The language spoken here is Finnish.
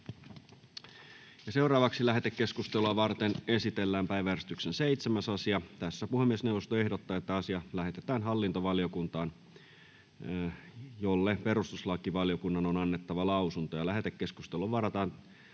Content: Lähetekeskustelua varten esitellään päiväjärjestyksen 7. asia. Puhemiesneuvosto ehdottaa, että asia lähetetään hallintovaliokuntaan, jolle perustuslakivaliokunnan on annettava lausunto. Lähetekeskusteluun varataan